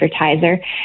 advertiser